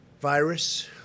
virus